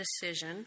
decision